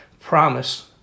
promise